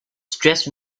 stress